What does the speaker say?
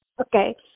Okay